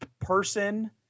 person